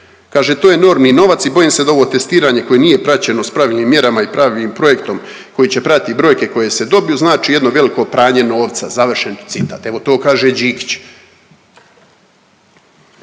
kaže „to je enormni novac i bojim se da ovo testiranje koje nije praćeno s pravilnim mjerama i pravim projektom koji će pratiti brojke koje se dobiju znači jedno veliko pranje novca“, evo to kaže Đikić.